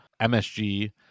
msg